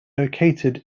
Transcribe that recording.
located